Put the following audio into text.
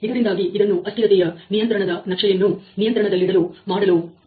ಇದರಿಂದಾಗಿ ಇದನ್ನು ಅಸ್ಥಿರತೆಯ ನಿಯಂತ್ರಣದ ನಕ್ಷೆಯನ್ನು ನಿಯಂತ್ರಣದಲ್ಲಿಡಲು ಉಪಯುಕ್ತವಾಗುತ್ತದೆ